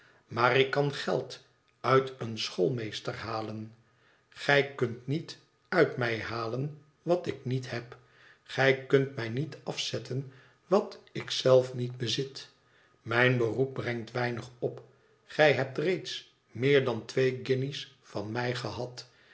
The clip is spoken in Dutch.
maar ik kan geld uit een schoolmeester halen gij kunt niet uit mij halen wat ik niet heb gij kunt mij niet afzetten wat ik zelf niet bezit mijn beroep brengt weinig op gij hebt reeds meer dan twee guinjes van mij gehad